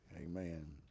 Amen